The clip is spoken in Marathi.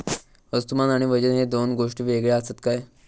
वस्तुमान आणि वजन हे दोन गोष्टी वेगळे आसत काय?